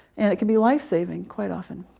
and it can be life-saving quite often.